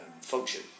function